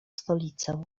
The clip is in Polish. stolicę